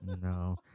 No